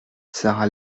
sara